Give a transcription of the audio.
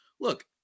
look